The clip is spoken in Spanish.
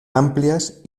amplias